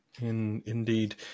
indeed